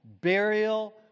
burial